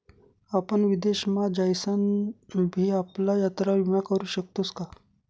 आपण विदेश मा जाईसन भी आपला यात्रा विमा करू शकतोस का?